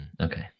Okay